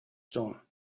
stone